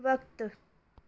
वक़्तु